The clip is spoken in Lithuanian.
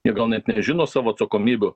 jie gal net nežino savo atsakomybių